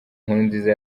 nkurunziza